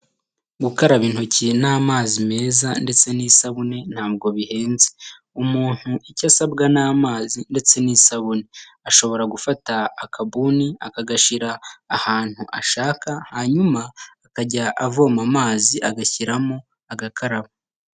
Gukaraba intoki n'amazi meza ndetse n'isabune ntabwo bihenze; umuntu icyo usabwa ni amzi ndetse n'isabune; ashobora gufata kabuni akagashyira ahantu ashaka hanyuma akajya avoma amazi agashyiramo agakaraba.